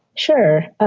sure.